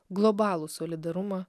globalų solidarumą